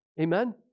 Amen